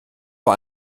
vor